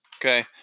Okay